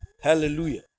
hallelujah